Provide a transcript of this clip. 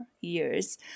years